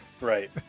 Right